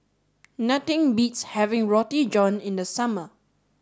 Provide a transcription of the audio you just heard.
nothing beats having Roti John in the summer